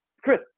Chris